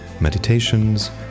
meditations